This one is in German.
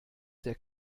der